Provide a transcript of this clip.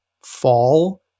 fall